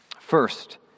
First